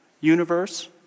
universe